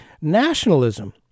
Nationalism